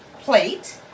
plate